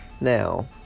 Now